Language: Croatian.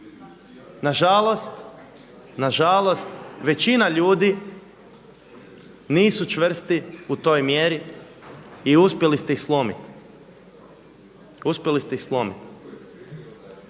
Nažalost, većina ljudi nisu čvrsti u toj mjeri i uspjeli ste ih slomiti.